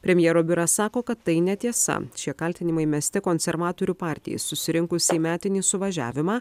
premjero biuras sako kad tai netiesa šie kaltinimai mesti konservatorių partijai susirinkus į metinį suvažiavimą